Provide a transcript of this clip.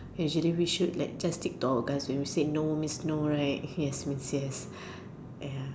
usually we should like just stick to our guts and we said no means no right yes means yes